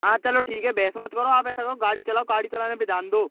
हाँ चलो ठीक है बहस मत करो आप ऐसा करो गाड़ी चलाओ गाड़ी चलाने पर ध्यान दो